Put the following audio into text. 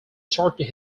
started